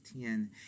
ten